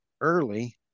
early